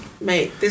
mate